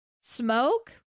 Smoke